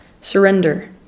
surrender